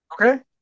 Okay